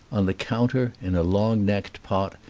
on the counter, in a long-necked pot,